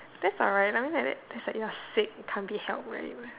that's alright I mean like that it's like your sick and can't be helped right